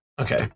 okay